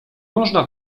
można